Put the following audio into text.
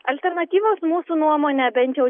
alternatyvos mūsų nuomone bent jau